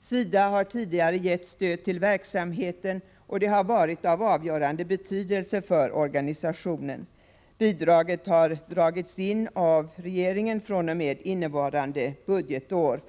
SIDA har tidigare gett stöd till verksamheten, och det har varit av avgörande betydelse för organisationen. Bidraget har dragits in av regeringen fr.o.m. innevarande budgetår.